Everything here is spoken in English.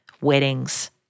weddings